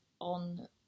on